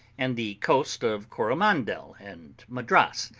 and the coast of coromandel and madras,